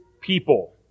people